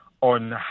on